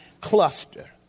cluster